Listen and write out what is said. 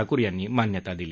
ठाकूर यांनी मान्यता दिली